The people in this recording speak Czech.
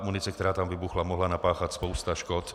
Munice, která tam vybuchla, mohla napáchat spoustu škod.